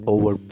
Over